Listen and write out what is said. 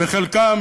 וחלקם,